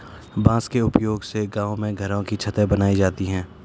बांस के उपयोग से गांव में घरों की छतें बनाई जाती है